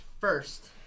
first